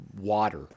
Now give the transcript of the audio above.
water